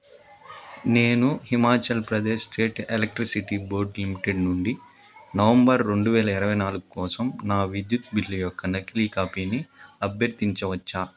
నేను Himachal Pradesh state electricity board limited నుండి November రెండు వేల ఇరవై నాలుగు కోసం నా విద్యుత్ బిల్లు యొక్క నకిలీ కాపీని అభ్యర్థించవచ్చా